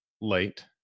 late